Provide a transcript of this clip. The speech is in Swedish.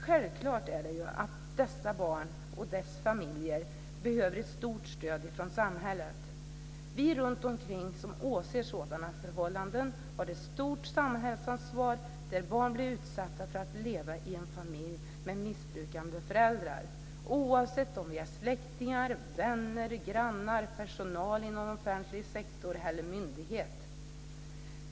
Självklart behöver dessa barn och deras familjer ett stort stöd från samhället. Vi runtomkring som åser förhållanden där barn utsätts för att leva i en familj med missbrukande föräldrar har ett stort samhällsansvar, oavsett om vi är släktingar, vänner, grannar, personal inom offentlig sektor eller myndighet.